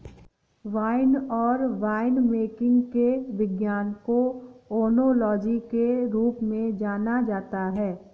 wine और winemaking के विज्ञान को ओनोलॉजी के रूप में जाना जाता है